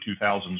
2000s